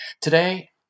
Today